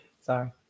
Sorry